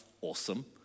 awesome